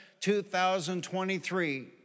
2023